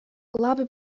labi